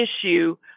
issue